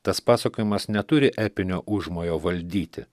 tas pasakojimas neturi epinio užmojo valdyti